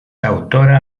autora